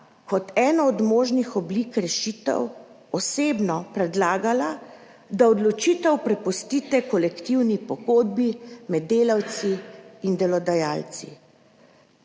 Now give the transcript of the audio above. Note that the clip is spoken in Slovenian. kot eno od možnih oblik rešitev osebno predlagala, da odločitev prepustite kolektivni pogodbi med delavci in delodajalci.